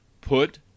put